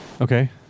Okay